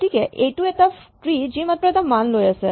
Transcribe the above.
গতিকে এইটো এটা ট্ৰী যি মাত্ৰ এটা মান লৈ আছে